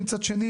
ומצד שני